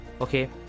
Okay